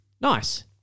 Nice